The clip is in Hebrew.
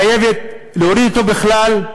חייבת להוריד אותו בכלל,